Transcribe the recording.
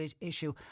issue